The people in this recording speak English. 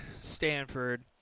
Stanford